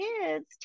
kids